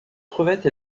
crevette